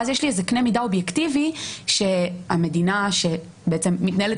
ואז יש לי איזה קנה מידה אובייקטיבי שהמדינה שבעצם מתנהלת